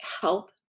help